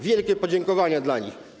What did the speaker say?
Wielkie podziękowania dla nich.